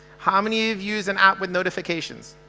how many you've used an app with notifications?